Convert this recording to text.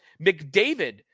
McDavid